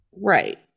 Right